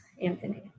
anthony